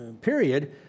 period